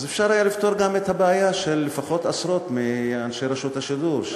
אז אפשר היה לפתור גם את הבעיה של לפחות עשרות מאנשי רשות השידור,